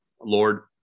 Lord